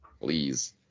Please